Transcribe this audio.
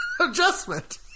adjustment